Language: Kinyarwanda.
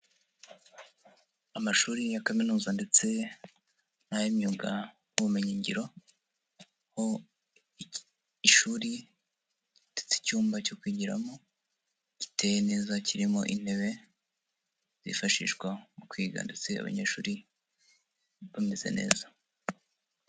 Amashuri ya kaminuza ndetse n'ay'imyuga n'ubumenyiyingiro, aho ishuri rifite icyumba cyo kwigiramo, giteye neza, kirimo intebe, zifashishwa mu kwiga ndetse abanyeshuri bameze neza.